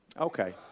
Okay